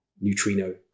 Neutrino